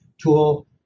tool